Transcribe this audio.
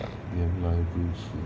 原来如此